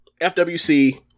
FWC